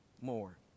more